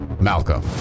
Malcolm